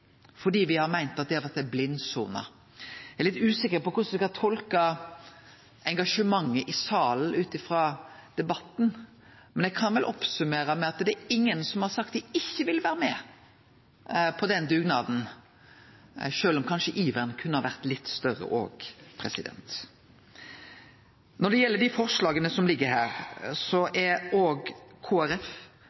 har meint at det har vore ei blindsone. Eg er litt usikker på korleis eg skal tolke engasjementet i salen ut frå debatten, men eg kan vel summere opp med at det er ingen som har sagt at dei ikkje vil vere med på den dugnaden – sjølv om iveren kanskje kunne ha vore litt større òg. Når det gjeld dei forslaga som ligg her, er